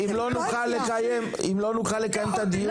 אם לא נוכל לקיים את הדיון בצורה מסודרת,